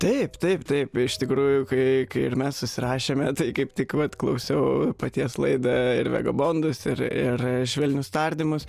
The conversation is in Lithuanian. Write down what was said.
taip taip taip iš tikrųjų kai kai ir mes susirašėme tai kaip tik vat klausiau paties laidą ir vegabondus ir ir švelnius tardymus